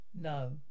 no